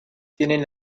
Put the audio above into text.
tienen